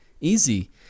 Easy